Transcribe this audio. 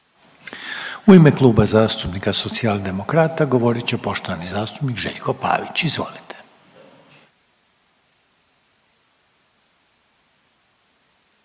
U ime Kluba zastupnika Socijaldemokrata govorit će poštovani zastupnik Željko Pavić, izvolite.